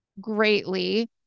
greatly